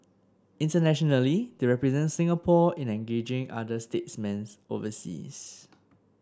internationally they represent Singapore in engaging other statesmen overseas